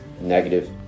negative